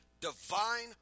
divine